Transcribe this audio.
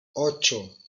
ocho